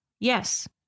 Yes